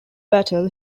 battle